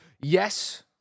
Yes